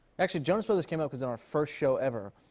actually, jonas brothers came up, cause in our first show ever,